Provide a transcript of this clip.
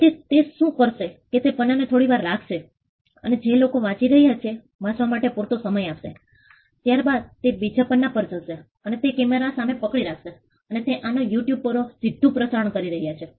તેથી તે શું કરશે કે તે પન્નાને થોડી વાર રાખશે અને જે લોકો તેને વાંચી રહ્યા છે વાંચવા માટે પૂરતો સમય આપશે ત્યારબાદ તે બીજા પન્ના પાર જશે અને તે કેમેરાની સામે પકડી રાખશે અને તે આને યુટ્યુબ ઉપર સીધું પ્રસારણ કરી રહ્યા છે